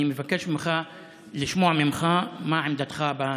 אני מבקש לשמוע ממך מה עמדתך בנושא.